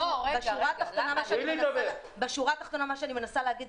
היא לא יכולה לבוא ולהגיד: